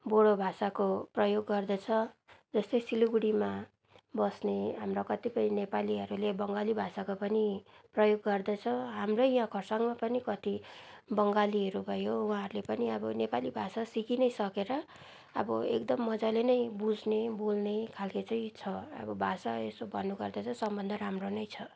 बोडो भाषाको प्रयोग गर्दछ जस्तै सिलगढीमा बस्ने हाम्रा कतिपय नेपालीहरूले बङ्गाली भाषाको पनि प्रयोग गर्दछ हाम्रै या खरसाङमा पनि कति बङ्गालीहरू भयो उहाँहरूले पनि आब नेपाली भाषा सिकि नै सकेर अब एकदम मजाले नै बुझ्ने बोल्ने खालको चाहिँ छ अब भाषा यसो भन्नुपर्दा चाहिँ सम्बन्ध राम्रो नै छ